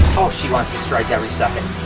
oh she wants to strike every second.